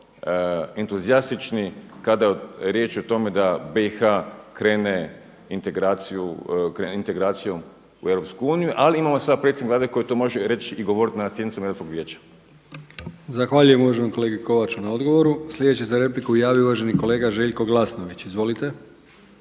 entuzijastični kada je riječ o tome da BiH krene integracijom u EU. Ali imamo sada predsjednika Vlade koji to može reći i govoriti na sjednicama Europskog vijeća. **Brkić, Milijan (HDZ)** Zahvaljujem uvaženom kolegi Kovaču na odgovoru. Sljedeći se za repliku javio uvaženi kolega Željko Glasnović. Izvolite.